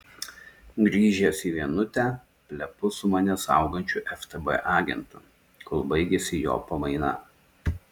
grįžęs į vienutę plepu su mane saugančiu ftb agentu kol baigiasi jo pamaina